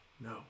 no